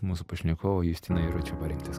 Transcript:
mūsų pašnekovo justino jaručio parinktas